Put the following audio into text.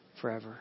forever